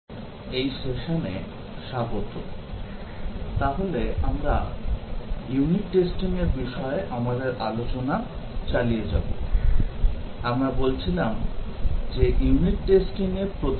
Software Testing software testing Prof Rajib Mall professor Rajib Mall Department of Computer Science and Engineering computer science and engineering বিভাগ Indian Institute of Technology Kharagpur Indian institute of technology Kharagpur Lecture - 05 lecture - 05 Unit Testing unit testing এই সেশানে স্বাগত